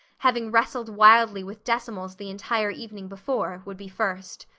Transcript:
having wrestled wildly with decimals the entire evening before, would be first.